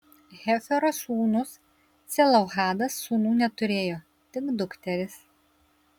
hefero sūnus celofhadas sūnų neturėjo tik dukteris